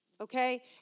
Okay